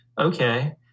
Okay